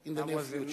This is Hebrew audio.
in the near future.